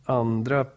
andra